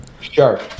Sure